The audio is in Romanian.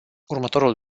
următorul